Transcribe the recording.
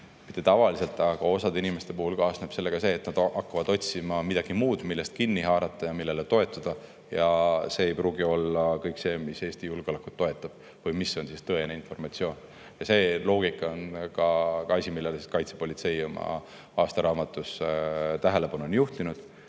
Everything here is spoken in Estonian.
mitte tavaliselt, aga osa inimeste puhul kaasneb – sellega see, et nad hakkavad otsima midagi muud, millest kinni haarata ja millele toetuda. Ja kõik see ei pruugi olla see, mis Eesti julgeolekut toetab või mis on tõene informatsioon. See loogika on ka asi, millele kaitsepolitsei oma aastaraamatus on tähelepanu juhtinud. Ma